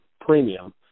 premium